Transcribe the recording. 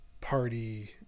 party